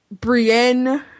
Brienne